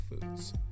foods